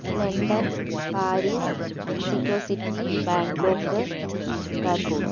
London Paris Mexico city Bangkok Istanbul